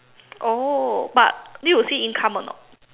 oh but need to see income or not